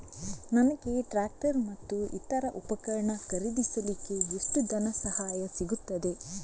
ನನಗೆ ಟ್ರ್ಯಾಕ್ಟರ್ ಮತ್ತು ಇತರ ಉಪಕರಣ ಖರೀದಿಸಲಿಕ್ಕೆ ಎಷ್ಟು ಧನಸಹಾಯ ಸಿಗುತ್ತದೆ?